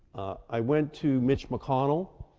i went to mitch mcconnell